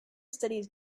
studies